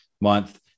month